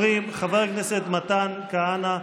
חברת הכנסת מירב כהן.